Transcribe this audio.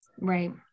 Right